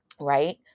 right